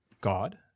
God